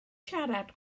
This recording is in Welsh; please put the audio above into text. siarad